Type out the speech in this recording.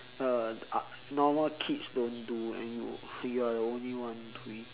uh normal kids don't do and you you are the only one doing